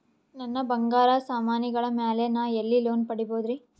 ನನ್ನ ಬಂಗಾರ ಸಾಮಾನಿಗಳ ಮ್ಯಾಲೆ ನಾ ಎಲ್ಲಿ ಲೋನ್ ಪಡಿಬೋದರಿ?